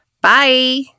Bye